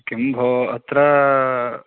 किं भो अत्र